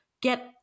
get